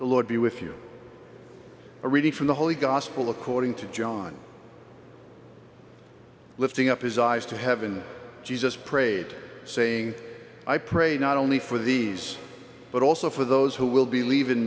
the lord be with you are ready for the holy gospel according to john lifting up his eyes to heaven jesus prayed saying i pray not only for these but also for those who will be leaving